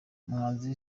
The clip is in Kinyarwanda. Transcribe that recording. umuhanzi